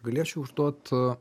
galėčiau užduot